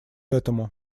этому